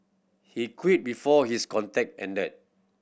he quit before his contract ended